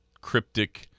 cryptic